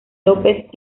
lópez